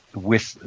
with,